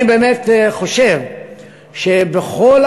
אני חושב שבכל